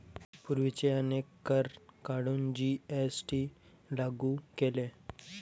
पूर्वीचे अनेक कर काढून जी.एस.टी लागू केले